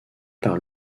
par